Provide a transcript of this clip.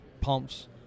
pumps